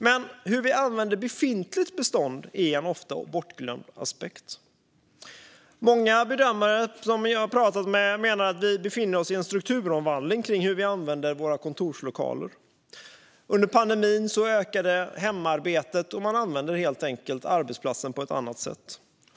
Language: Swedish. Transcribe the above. Men hur vi använder befintligt bestånd är en ofta bortglömd aspekt. Många bedömare menar att vi befinner oss i en strukturomvandling när det gäller hur vi använder våra kontorslokaler. Under pandemin ökade hemarbetet, och man använder helt enkelt arbetsplatsen på ett annat sätt.